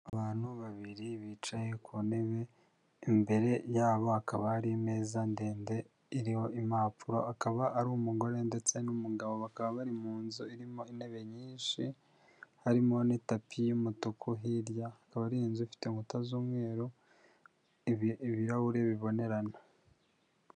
Abantu babiri bicaye ku ntebe, imbere yabo hakaba hari imeza ndende iriho impapuro, akaba ari umugore ndetse n'umugabo, bakaba bari mu nzu irimo intebe nyinshi, harimo n'itapi y'umutuku hirya. Akaba ari inzu ifite inkuta z'umweru, ibirahuri bibonerana.